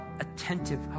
attentive